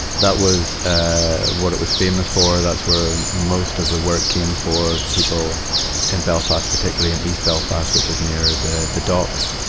that was, ah, what it was famous for. that's where most of the work came for people in and belfast, particularly in east belfast, which is near the, the docks.